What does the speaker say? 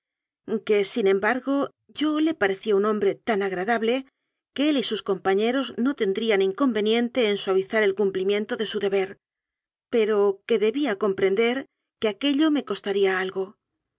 que sin embargo yo le parecía un hombre tan agradable que él y sus compañeros no tendrían inconveniente en suavizar el cumpli miento de su deber pero que debía comprender que aquello me costaría algo